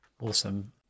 awesome